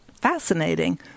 fascinating